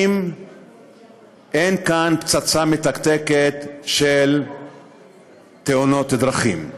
אין כאן פצצה מתקתקת של תאונות דרכים.